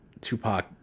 Tupac